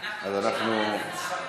אבל אנחנו מבקשים.